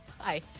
hi